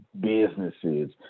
businesses